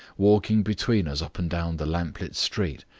walking between us up and down the lamp-lit street,